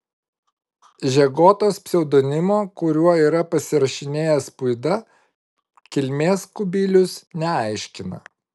žegotos pseudonimo kuriuo yra pasirašinėjęs puida kilmės kubilius neaiškina